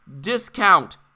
discount